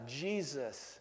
Jesus